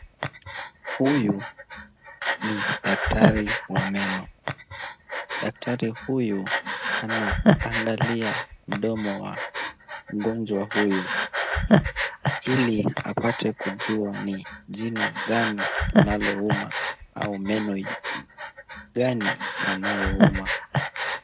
Huyu ni daktari wa meno. Daktari huyu anaangalia mdomo wa mgonjwa huyu ili apate kujua ni jino gani linalouma au meno gani yanayouma.